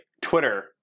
Twitter